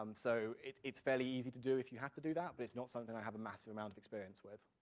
um so it's it's fairly easy to do if you have to do that, but it's not something i have a massive amount of experience with,